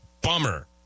Bummer